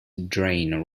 drain